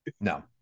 No